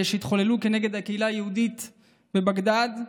שהתחוללו נגד הקהילה היהודית בבגדאד,